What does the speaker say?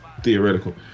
theoretical